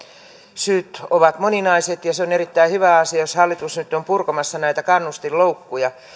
syyt ovat moninaiset ja se on erittäin hyvä asia jos hallitus nyt on purkamassa näitä kannustinloukkuja